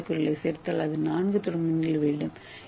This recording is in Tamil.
ஏ மூலக்கூறுகளைச் சேர்த்தால் அது நான்கு த்ரோம்பின்களை வெளியிடும்